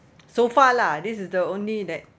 so far lah this is the only that